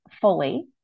fully